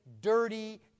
dirty